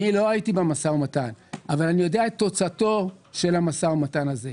אני לא הייתי במשא ומתן אבל אני יודע את תוצאתו של המשא ומתן הזה.